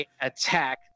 attack